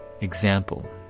example